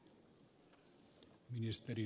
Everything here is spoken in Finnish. onko näin